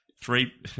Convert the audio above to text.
Three